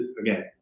again